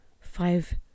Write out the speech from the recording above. five